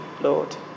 Lord